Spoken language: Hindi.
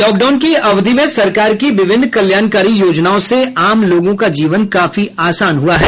लॉकडाउन की अवधि में सरकार की विभिन्न कल्याणकारी योजनाओं से आम लोगों का जीवन काफी आसान हुआ है